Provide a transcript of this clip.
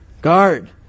guard